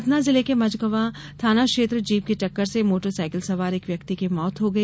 सतना जिले के मझगंवा थाना क्षेत्र जीप की टक्कर से मोटर साइकल सवार एक व्यक्ति की मौत हो गई